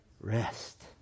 Rest